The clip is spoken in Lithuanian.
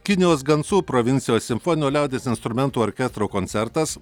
kinijos gansu provincijos simfoninio liaudies instrumentų orkestro koncertas